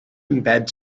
embed